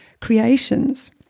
creations